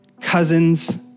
cousins